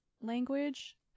language